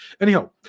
Anyhow